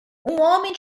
homem